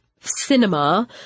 cinema